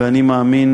ואני מאמין,